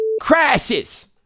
crashes